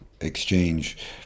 exchange